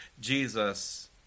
Jesus